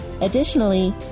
Additionally